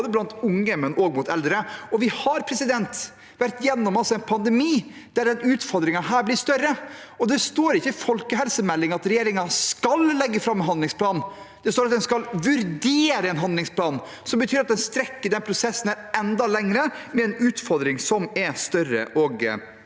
blant unge og blant eldre. Vi har altså vært gjennom en pandemi der denne utfordringen blir større. Det står ikke i folkehelsemeldingen at regjeringen skal legge fram en handlingsplan, det står at en skal vurdere en handlingsplan, noe som betyr at en strekker denne prosessen enda lenger, med en utfordring som er større og større